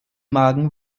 magen